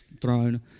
throne